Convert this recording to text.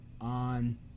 on